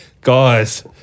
guys